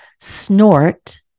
snort